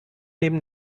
neben